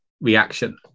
reaction